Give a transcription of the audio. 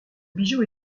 bijou